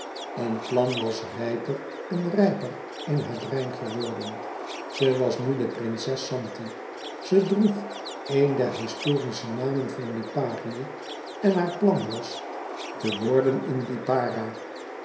een plan was rijper en rijper in haar brein geworden ze was nu de prinses zanti ze droeg een der historische namen van liparië en haar plan was te worden in lipara